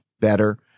better